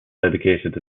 dedicated